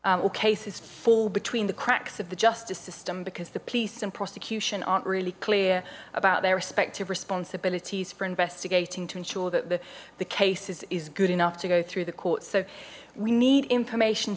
or cases fall between the cracks of the justice system because the police and prosecution aren't really clear about their respective responsibilities for investigating to ensure that the the cases is good enough to go through the courts so we need information